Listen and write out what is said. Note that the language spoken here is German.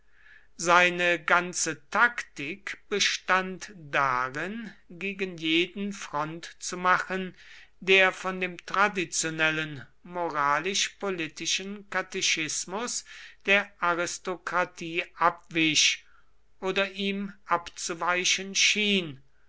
seine ganze taktik bestand darin gegen jeden front zu machen der von dem traditionellen moralisch politischen katechismus der aristokratie abwich oder ihm abzuweichen schien